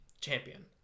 champion